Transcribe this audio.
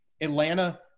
Atlanta